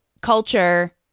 culture